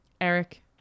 Eric